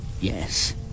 Yes